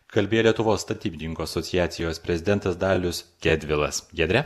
kalbėjo lietuvos statybininkų asociacijos prezidentas dalius gedvilas giedre